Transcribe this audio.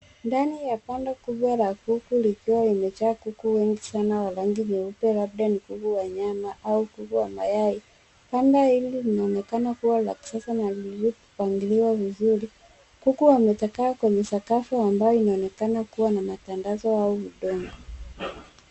Ndani ya banda kubwa la kuku likiwa limejaa kuku wengi sana wa rangi nyeupe, labda ni kuku wa nyama au kuku wa mayai. Banda hili linaonekana kuwa la kufuga na lililopangiliwa vizuri. Kuku wametakaa kwenye sakafu ambayo inayonekana kuwa na matandazo au vidomba.